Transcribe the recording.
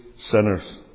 sinners